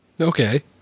Okay